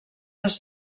les